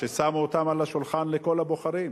ששמו אותם על השולחן לפני כל הבוחרים?